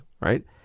right